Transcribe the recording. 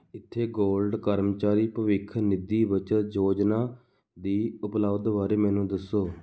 ਇੱਥੇ ਗੋਲਡ ਕਰਮਚਾਰੀ ਭਵਿੱਖ ਨਿਧੀ ਬੱਚਤ ਯੋਜਨਾ ਦੀ ਉਪਲੱਬਧ ਬਾਰੇ ਮੈਨੂੰ ਦੱਸੋ